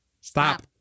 Stop